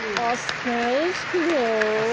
ah spell scroll?